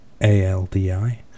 A-L-D-I